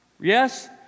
Yes